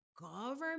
government